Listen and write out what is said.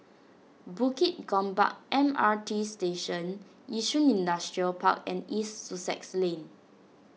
Bukit Gombak M R T Station Yishun Industrial Park and East Sussex Lane